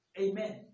Amen